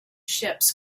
ships